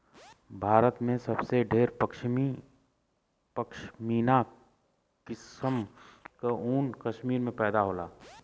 भारत में सबसे ढेर पश्मीना किसम क ऊन कश्मीर में पैदा होला